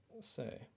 say